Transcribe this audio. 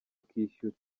akishyura